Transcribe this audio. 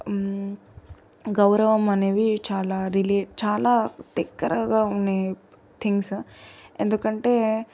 గౌరవం అనేవి చాలా రిలే చాలా దగ్గరగా ఉండే థింగ్స్ ఎందుకంటే